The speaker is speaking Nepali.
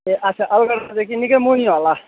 ए अच्छा अलगडादेखि निकै मुनि होला